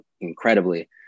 incredibly